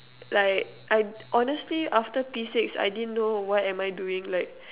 like I honestly after P six I didn't know what am I doing like